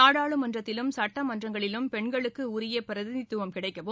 நாடாளுமன்றத்திலும் சட்டமன்றங்களிலும் பெண்களுக்கு உரிய பிரதிநிதித்துவம் கிடைக்கவும்